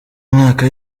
umwaka